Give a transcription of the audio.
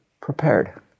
prepared